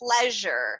pleasure